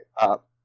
up